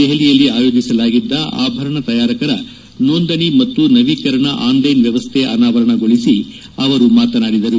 ದೆಹಲಿಯಲ್ಲಿ ಆಯೋಜಿಸಲಾಗಿದ್ದ ಆಭರಣ ತಯಾರಿಕರ ನೋಂದಣಿ ಮತ್ತು ನವೀಕರಣ ಆನ್ಲ್ಟೆನ್ ವ್ಯವಸ್ನೆ ಅನಾವರಣಗೊಳಿಸಿ ಅವರು ಮಾತನಾಡಿದರು